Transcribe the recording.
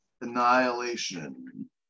Annihilation